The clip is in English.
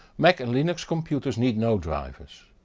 mac and linux computers need no drivers.